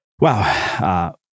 Wow